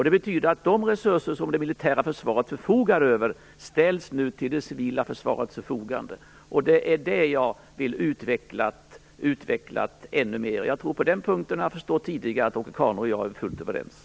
Det betyder att de resurser som det militära försvaret förfogar över nu ställs till det civila försvarets förfogande. Det vill jag utveckla ännu mer. Jag har tidigare förstått att Åke Carnerö och jag är överens på den punkten.